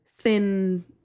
thin